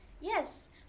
yes